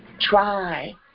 try